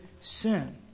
sin